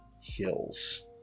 hills